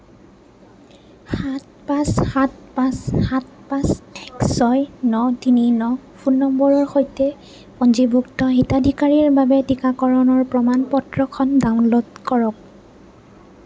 সাত পাঁচ সাত পাঁচ সাত পাঁচ এক ছয় ন তিনি ন ফোন নম্বৰৰ সৈতে পঞ্জীভুক্ত হিতাধিকাৰীৰ বাবে টীকাকৰণৰ প্ৰমাণ পত্ৰখন ডাউনলোড কৰক